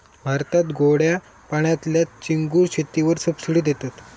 भारतात गोड्या पाण्यातल्या चिंगूळ शेतीवर सबसिडी देतत